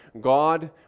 God